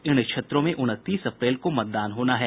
इन क्षेत्रों में उनतीस अप्रैल को मतदान होना है